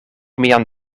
mian